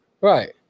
Right